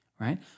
right